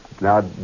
Now